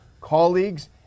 colleagues